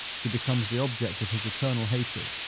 she becomes the object of his eternal hatred,